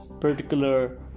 particular